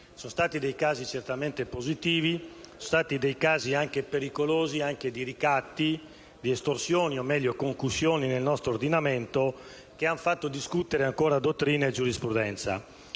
sono stati dei casi certamente positivi, ma anche altri pericolosi e casi di ricatti, di estorsioni e concussioni nel nostro ordinamento, che hanno fatto discutere dottrina e giurisprudenza.